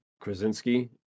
Krasinski